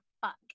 fuck